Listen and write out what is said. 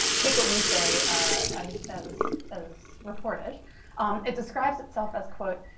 take what we say as as as reported it describes itself as, quote,